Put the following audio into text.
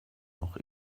noch